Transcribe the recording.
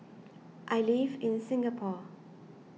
I live in Singapore